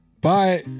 Bye